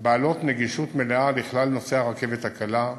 בעלות נגישות מלאה לכלל נוסעי הרכבת הקלה,